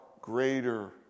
greater